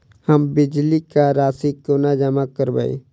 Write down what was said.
हम बिजली कऽ राशि कोना जमा करबै?